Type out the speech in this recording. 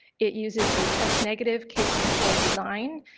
it uses a test negative case controlled design,